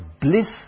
bliss